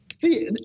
See